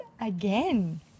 again